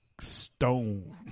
Stone